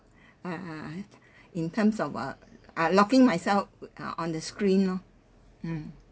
uh in terms of uh uh log in myself ugh uh on the screen lor mm